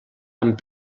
amb